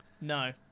No